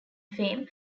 fame